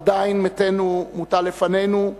עדיין מתנו מוטל לפנינו,